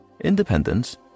Independence